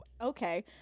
Okay